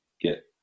get